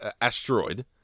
asteroid